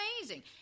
amazing